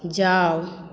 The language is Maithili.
जाउ